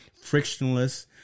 frictionless